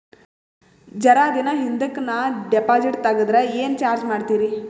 ಜರ ದಿನ ಹಿಂದಕ ನಾ ಡಿಪಾಜಿಟ್ ತಗದ್ರ ಏನ ಚಾರ್ಜ ಮಾಡ್ತೀರಿ?